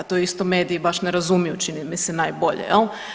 To isto mediji baš ne razumiju čini mi se najbolje, jel.